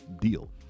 deal